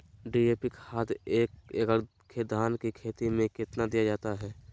DAP खाद एक एकड़ धान की खेती में कितना दीया जाता है?